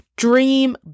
Dream